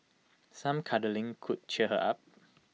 some cuddling could cheer her up